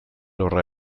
horra